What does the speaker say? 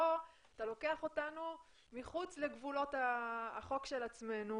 כאן אתה לוקח אותנו מחוץ לגבולות החוק של עצמנו